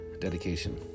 dedication